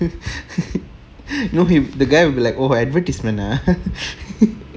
no he the guy will be like oh advertisement ah